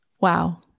Wow